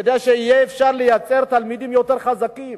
כדי שאפשר יהיה לייצר תלמידים יותר חזקים